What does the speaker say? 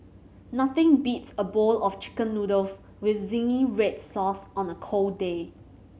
nothing beats a bowl of Chicken Noodles with zingy red sauce on a cold day